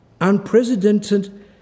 Unprecedented